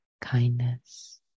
kindness